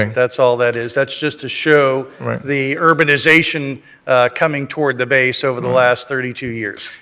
that's all that is. that's just to show the urbanization coming toward the base over the last thirty two years.